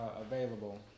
available